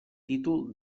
títol